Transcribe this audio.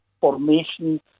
formation